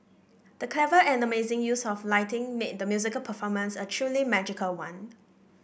the clever and amazing use of lighting made the musical performance a truly magical one